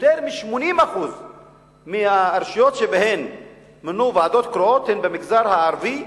יותר מ-80% מהרשויות שבהן מונו ועדות קרואות הן במגזר הערבי,